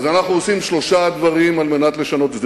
אז אנחנו עושים שלושה דברים כדי לשנות את זה,